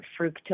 fructose